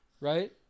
Right